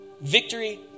Victory